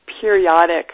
periodic